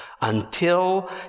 until